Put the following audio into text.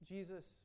Jesus